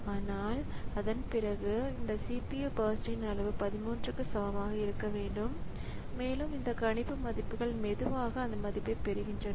ஆனால் அதன்பிறகு இந்த CPU பர்ஸ்ட் அளவு 13 க்கு சமமாக இருக்க வேண்டும் மேலும் இந்த கணிப்பு மதிப்புகள் மெதுவாக அந்த மதிப்பைப் பெறுகின்றன